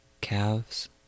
Calves